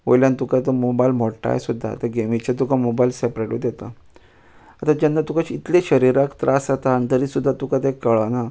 वयल्यान तुका तो मोबायल मोडटाय सुद्दां ते गेमीचे तुका मोबायल सॅपरेटूत येता आतां जेन्ना तुका श इतले शरिराक त्रास जाता आन तरी सुद्दां तुका तें कळना